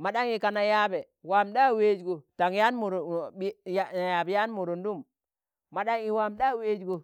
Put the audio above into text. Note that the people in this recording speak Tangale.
mo ɗanyi kana yạabe, waam ɗa weezgo tang yan yạab yaan mudundum, mo ɗanyi waam ɗa weezgo,